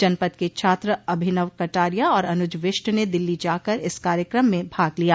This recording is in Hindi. जनपद के छात्र अभिनव कटारिया और अनुज विष्ट ने दिल्ली जाकर इस कार्यक्रम में भाग लिया